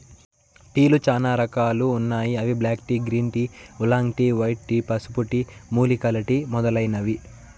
టీలు చానా రకాలు ఉన్నాయి అవి black tea, green tea, oolong tea, white tea, పసుపు టీ, మూలికల టీ మొదలైనవి